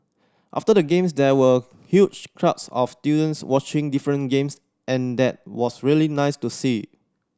after the Games there were huge crowds of students watching different games and that was really nice to see